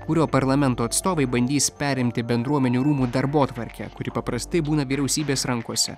kurio parlamento atstovai bandys perimti bendruomenių rūmų darbotvarkę kuri paprastai būna vyriausybės rankose